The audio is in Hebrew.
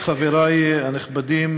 חברי הנכבדים,